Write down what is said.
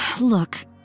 Look